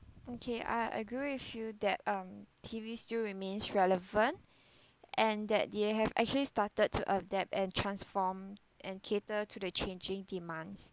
okay I agree with you that um T_V still remains relevant and that they have actually started to adapt and transform and cater to the changing demands